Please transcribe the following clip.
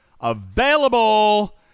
available